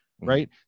right